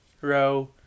row